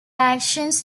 actions